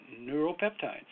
neuropeptides